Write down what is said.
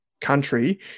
country